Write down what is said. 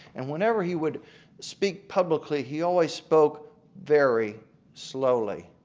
and when ever he would speak publicly he always spoke very slowly.